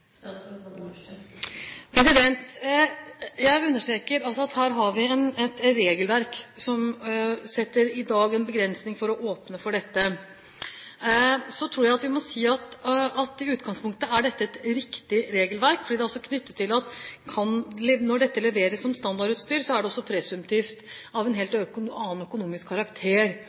Jeg understreker at vi altså her har et regelverk som i dag setter en begrensning for å åpne for dette. Så tror jeg vi må si at i utgangspunktet er dette et riktig regelverk fordi det er knyttet til at når automatgir leveres som standardutstyr, er det også presumptivt av en helt annen økonomisk karakter